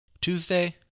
Tuesday